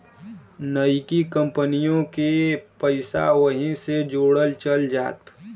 नइकी कंपनिओ के पइसा वही मे जोड़ल चल जात